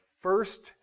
first